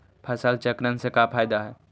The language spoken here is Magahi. फसल चक्रण से का फ़ायदा हई?